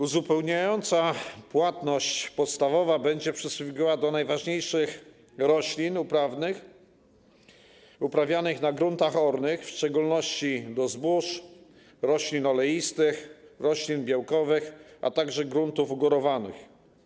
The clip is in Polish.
Uzupełniająca płatność podstawowa będzie przysługiwała do najważniejszych roślin uprawnych uprawianych na gruntach rolnych, w szczególności do zbóż, roślin oleistych, roślin białkowych, a także gruntów ugorowanych.